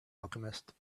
alchemist